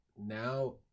now